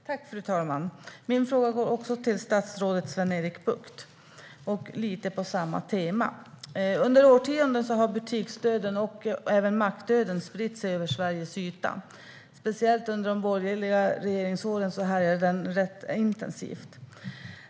Fru talman! Även min fråga, lite på samma tema, går till statsrådet Sven-Erik Bucht. Under årtionden har butiksdöden och även mackdöden spridit sig i Sverige. Speciellt under de borgerliga regeringsåren härjade den rätt intensivt.